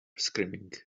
screaming